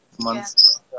months